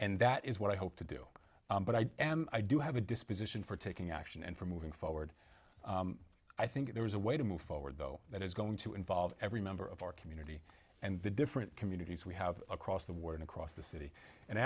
and that is what i hope to do but i am i do have a disposition for taking action and for moving forward i think there is a way to move forward though that is going to involve every member of our community and the different communities we have across the board across the city and i